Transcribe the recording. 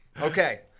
okay